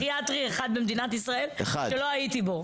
אין בית חולים פסיכיאטרי אחד שלא הייתי בו.